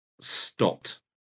stopped